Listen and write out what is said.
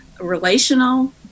relational